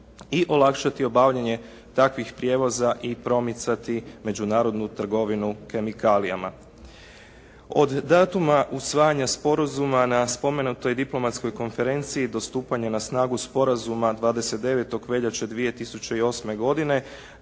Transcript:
i olakšati obavljanje takvih prijevoza i promicati međunarodnu trgovinu kemikalijama. Od datuma usvajanja sporazuma na spomenutoj diplomatskoj konferenciji do stupanja na snagu sporazuma 29. veljače 2008. godine